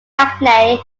hackney